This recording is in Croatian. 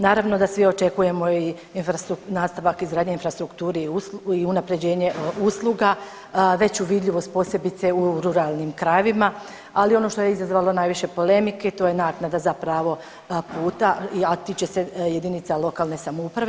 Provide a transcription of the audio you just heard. Naravno da svi očekujemo i nastavak izgradnje infrastrukture i unapređenje usluga, veću vidljivost posebice u ruralnim krajevima, ali ono što je izazvalo najviše polemike to je naknada za pravo puta, a tiče se jedinica lokalne samouprave.